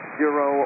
zero